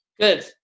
good